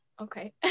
Okay